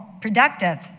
productive